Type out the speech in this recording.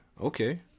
Okay